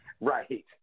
right